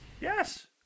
Yes